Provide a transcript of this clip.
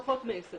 פחות מעשר.